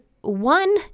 one